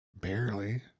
Barely